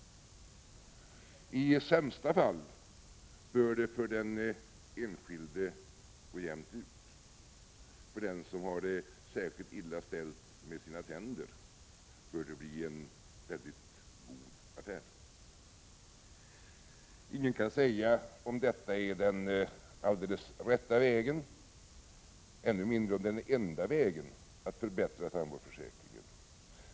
I sämsta fall bör det för den enskilde gå jämnt ut. För den som har det särskilt illa ställt med sina tänder bör det bli en mycket god affär. Ingen kan säga om detta är den alldeles rätta vägen, ännu mindre om det är den enda vägen, att förbättra tandvårdsförsäkringen.